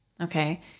okay